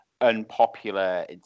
unpopular